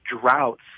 droughts